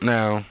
Now